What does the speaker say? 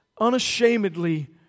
unashamedly